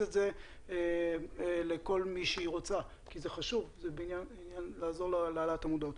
את זה לכל מי שהיא רוצה כי זה חשוב זה בא לעזור להעלאת המודעות.